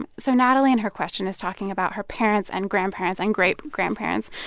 um so natalie, in her question, is talking about her parents and grandparents and great grandparents.